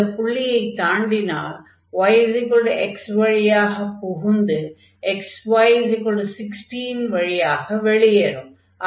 இந்த புள்ளியைத் தாண்டினால் y x வழியாகப் புகுந்து xy16 வழியாக வெளியேறும்